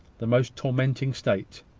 the most tormenting state!